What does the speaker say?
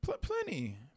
Plenty